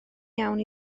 iawn